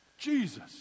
Jesus